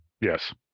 Yes